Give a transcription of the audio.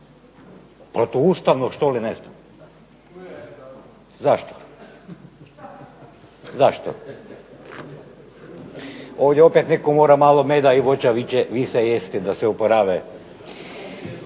protuustavno, što li, ne znam. Zašto? Ovdje opet netko mora malo meda i voća više jesti da se oporave.